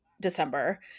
December